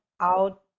out